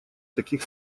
таких